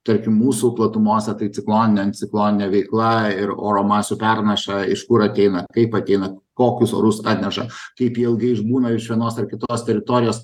tarkim mūsų platumose tai cikloninė anticikloninė veikla ir oro masių pernaša iš kur ateina kaip ateina kokius orus atneša kaip jie ilgai išbūna iš vienos ar kitos teritorijos